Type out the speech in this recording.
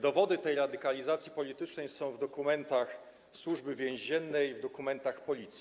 Dowody tej radykalizacji politycznej są w dokumentach Służby Więziennej, dokumentach Policji.